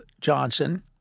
Johnson